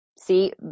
see